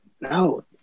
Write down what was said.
no